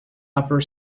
upper